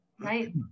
Right